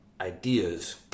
ideas